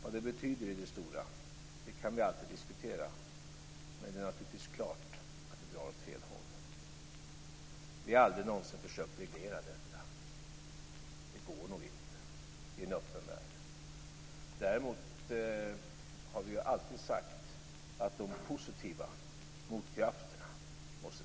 Vad det betyder i det stora kan vi alltid diskutera, men det är klart att det drar åt fel håll. Vi har aldrig någonsin försökt reglera detta. Det går nog inte i en öppen värld. Däremot har vi alltid sagt att de positiva motkrafterna måste stärkas.